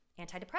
antidepressants